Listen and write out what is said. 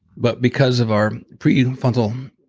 but because of our prefrontal